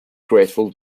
grateful